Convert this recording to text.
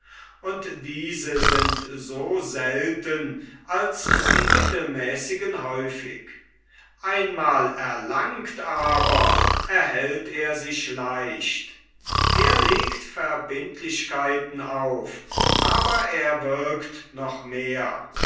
und diese sind so selten als die mittelmäßigen häufig einmal erlangt aber erhält er sich leicht er legt verbindlichkeiten auf aber er wirkt noch mehr